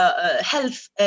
health